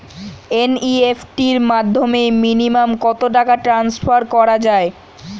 NEFT র মাধ্যমে minimum কত টাকা টান্সফার করা যায়?